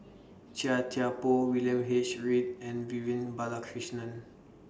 Chia Thye Poh William H Read and Vivian Balakrishnan